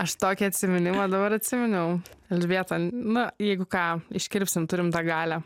aš tokį atsiminimą dabar atsiminiau elžbieta na jeigu ką iškirpsim turim tą galią